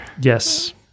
yes